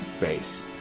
base